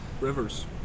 Rivers